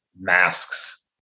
masks